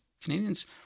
Canadians